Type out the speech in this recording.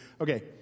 Okay